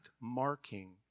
marking